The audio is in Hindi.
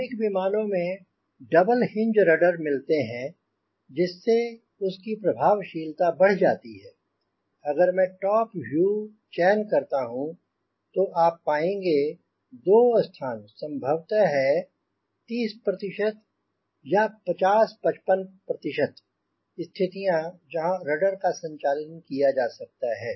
आधुनिक विमानों में डबल हिंज रडर मिलते हैं जिससे उसकी प्रभावशीलता बढ़ जाती है अगर मैं टॉप व्यू चयन करता हूँ तो आप पाएंँगे 2 स्थान संभवत है 30 या 50 55 स्थितियाँ जहांँ रडर का संचालन किया जा सकता है